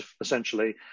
essentially